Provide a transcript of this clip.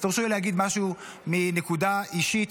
אז תרשו לי להגיד משהו מנקודה אישית,